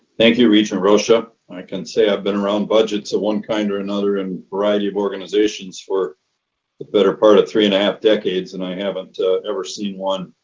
thank you regent rosha. i can say i've been around budgets of one kind or another in variety of organizations for the better part of three and a half decades and i haven't ever seen one